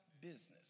business